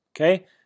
okay